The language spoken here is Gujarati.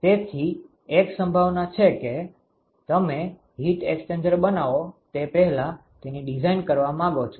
તેથી એક સંભાવના છે કે તમે હીટ એક્સ્ચેન્જર બનાવો તે પહેલાં તેની ડિઝાઇન કરવા માંગો છો